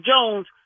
Jones